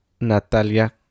Natalia